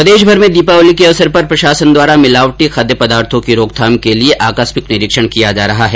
प्रदेश भर में दीपावली के अवसर पर प्रशासन द्वारा मिलावटी खाद्य पदार्थो की रोकथाम के लिए आकस्मिक निरीक्षण किया जा रहा है